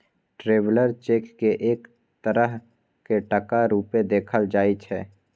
traveller cheque केँ एक तरहक टका रुपेँ देखल जाइ छै